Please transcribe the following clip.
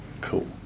Cool